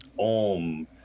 om